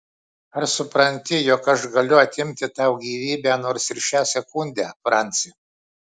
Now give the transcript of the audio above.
ar supranti jog aš galiu atimti tau gyvybę nors ir šią sekundę franci